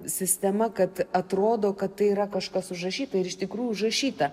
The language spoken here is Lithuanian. sistema kad atrodo kad tai yra kažkas užrašyta ir iš tikrų užrašyta